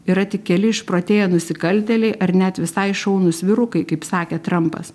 yra tik keli išprotėję nusikaltėliai ar net visai šaunūs vyrukai kaip sakė trampas